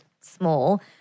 small